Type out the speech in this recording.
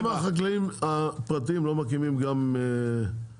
למה החקלאים הפרטיים לא מקימים גם אינטגרציה?